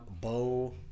Bo